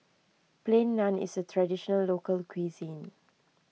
Plain Naan is a Traditional Local Cuisine